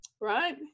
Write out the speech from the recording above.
Right